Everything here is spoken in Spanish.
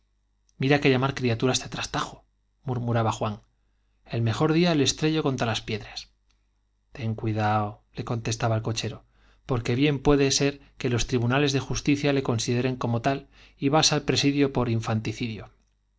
mira que llamar criatura á trastajo ese mur muraba juan el mejor día le estrello contra las piedras ten cuidado le contestaba el cochero porque bien puede ser que los tribunales de justicia le consideren como tal y vas á presidio por infanücidia